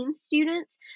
students